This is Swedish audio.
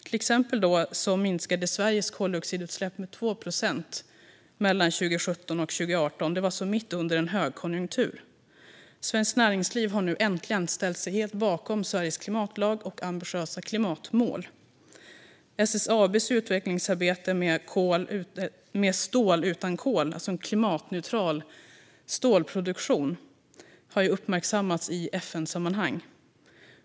Till exempel minskade Sveriges koldioxidutsläpp med 2 procent 2017-2018. Det var alltså mitt i en högkonjunktur. Svenskt Näringsliv har nu äntligen ställt sig helt bakom Sveriges klimatlag och ambitiösa klimatmål. SSAB:s utvecklingsarbete med stål utan kol, alltså klimatneutral stålproduktion, har uppmärksammats i FN-sammanhang.